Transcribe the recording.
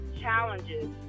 challenges